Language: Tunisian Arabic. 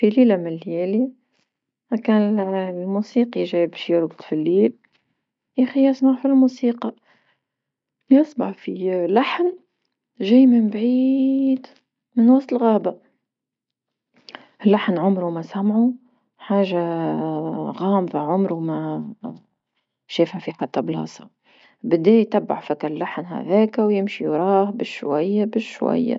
في ليلة من ليالي كان الموسيقي جاي باش يرقد في الليل ياخي يسمع في الموسقى، يسمع في لحن جاي من بعيد من وسط الغابة لحن عمرو ما سمعو حاجة غامضة عمرو ما شافها في حتى بلاصة، بدا يتبع فك اللحن هذكا ويمشي وراه بشوية بشوية.